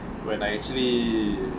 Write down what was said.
when I actually